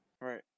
Right